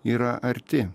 yra arti